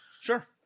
sure